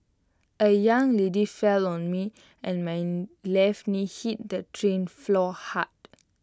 A young lady fell on me and my left knee hit the train floor hard